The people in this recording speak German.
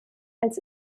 als